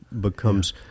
becomes